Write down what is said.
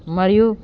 મળ્યું